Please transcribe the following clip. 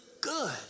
good